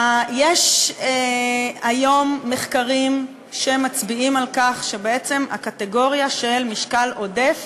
יש היום מחקרים שמצביעים על כך שבעצם הקטגוריה של משקל עודף